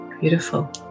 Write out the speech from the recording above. Beautiful